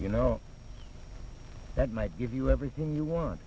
you know that might give you everything you want